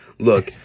Look